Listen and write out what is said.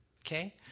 okay